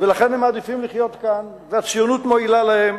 ולכן הם מעדיפים לחיות כאן, והציונות מועילה להם,